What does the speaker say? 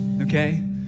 Okay